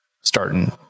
starting